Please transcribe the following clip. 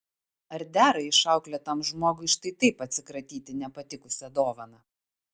ar dera išauklėtam žmogui štai taip atsikratyti nepatikusia dovana